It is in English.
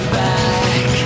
back